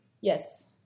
Yes